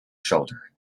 shoulder